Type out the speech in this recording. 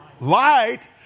light